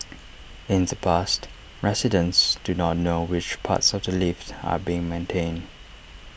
in the past residents do not know which parts of the lift are being maintained